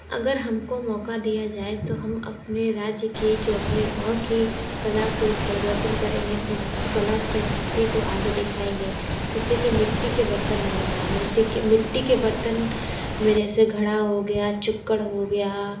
अगर हम को मौक़ा दिया जाए तो हम अपने राज्य के जो अपने गाँव की कला के प्रदर्शन करेंगे अपनी कला संस्कृति को आगे दिखाएंगे जैसे कि मिट्टी के बर्तन बनाना मिट्टी के मिट्टी के बर्तन में जैसे घड़ा हो गया चुक्कड़ हो गया